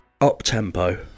up-tempo